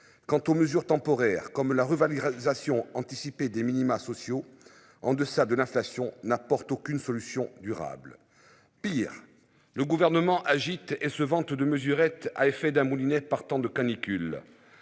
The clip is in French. Quant aux mesures temporaires comme la revalorisation anticipée des minima sociaux en deçà de l'inflation n'apporte aucune solution durable. Pire. Le gouvernement agite et se vante de mesurettes à effet d'un moulinet par temps de canicule.